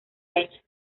hecha